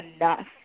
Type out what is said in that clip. enough